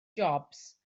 jobs